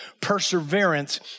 perseverance